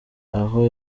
aho